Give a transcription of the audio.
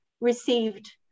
received